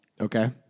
Okay